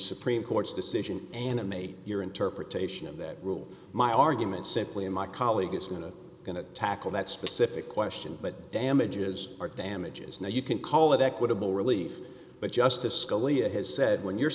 supreme court's decision animate your interpretation of that rule my argument simply and my colleague is going to going to tackle that specific question but damages are damages now you can call it equitable relief but justice scalia has said when you're